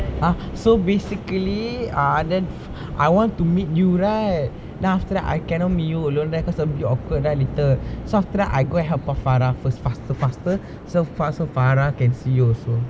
!huh! so basically ah then I want to meet you right then after that I cannot meet you alone right cause it's going to be awkward right later so after that I go and help farah first faster faster so farah can see you also